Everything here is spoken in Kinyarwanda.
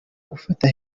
gufata